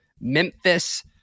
memphis